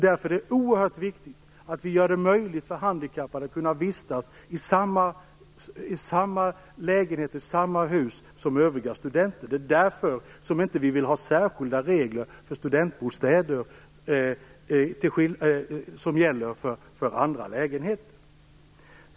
Därför är det oerhört viktigt att göra det möjligt för handikappade att kunna vistas i samma lägenheter och samma hus som övriga studenter. Det är därför vi socialdemokrater inte vill ha andra regler för studentbostäder än för vanliga lägenheter.